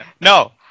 No